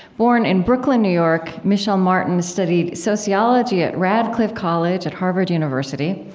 born in brooklyn, new york, michel martin studied sociology at radcliffe college, at harvard university,